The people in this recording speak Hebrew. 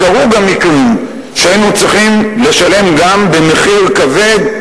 קרו מקרים שהיינו צריכים לשלם גם במחיר כבד,